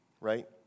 right